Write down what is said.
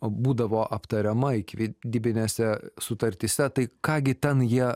būdavo aptariama ikivedybinėse sutartyse tai ką gi ten jie